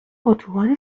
اتوبان